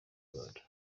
rwanda